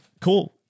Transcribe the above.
cool